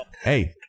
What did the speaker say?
Hey